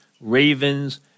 Ravens